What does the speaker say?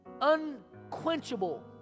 unquenchable